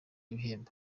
ibihembo